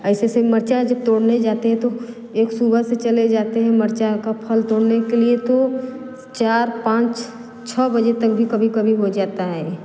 ऐसे ऐसे मिर्चा तोड़ने जाते हैं तो एक सुबह से चले जाते हैं मिर्चा का फल तोड़ने के लिए तो चार पाँच छः बजे तक भी कभी कभी हो जाता है